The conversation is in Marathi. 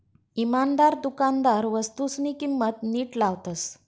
इमानदार दुकानदार वस्तूसनी किंमत नीट लावतस